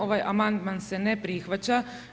Ovaj amandman se ne prihvaća.